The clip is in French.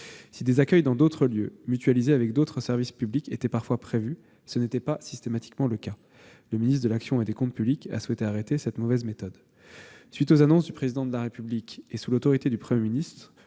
Si des accueils dans d'autres lieux, mutualisés avec d'autres services publics, étaient parfois prévus, ce n'était pas systématiquement le cas. Le ministre de l'action et des comptes publics a souhaité mettre fin à cette mauvaise méthode. À la suite des annonces du Président de la République et sous l'autorité du Premier ministre,